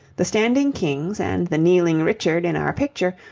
the standing kings and the kneeling richard in our picture,